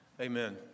Amen